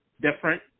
different